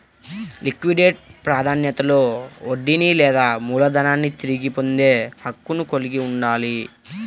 liquidate ప్రాధాన్యతలో వడ్డీని లేదా మూలధనాన్ని తిరిగి పొందే హక్కును కలిగి ఉంటారు